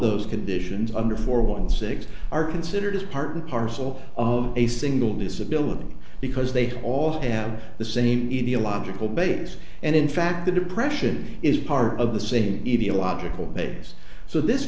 those conditions under four one six are considered as part and parcel of a single disability because they all have the same in the illogical babies and in fact the depression is part of the same